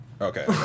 Okay